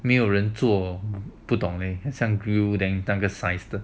没有人做不懂 leh 好像 grill 的那个 size 的